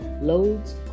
Loads